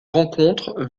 rencontre